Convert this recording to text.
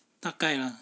大概 lah